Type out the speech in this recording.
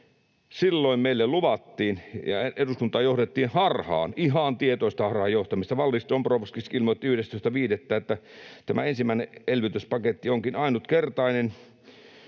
— meille luvattiin ja eduskuntaa johdettiin harhaan, ihan tietoista harhaanjohtamista. Valdis Dombrovskis ilmoitti 11.5., että tämä ensimmäinen elvytyspaketti onkin ”ainutkertainen,